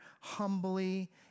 humbly